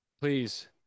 Please